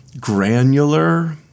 granular